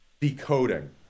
decoding